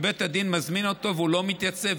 בית הדין מזמין אותו והוא לא מתייצב,